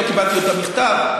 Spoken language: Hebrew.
לא קיבלתי את המכתב.